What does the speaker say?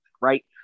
right